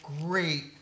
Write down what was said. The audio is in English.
great